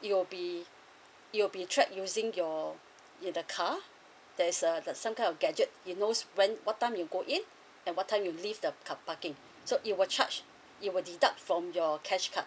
it will be it will be track using your in the car there's uh some kind of gadget he knows when what time you go in and at what time you leave the car parking okay so it will charge it will deduct from your cash card